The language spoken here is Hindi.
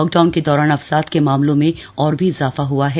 लॉकडाउन के दौरान अवसाद के मामलों में और भी इजाफा हुआ है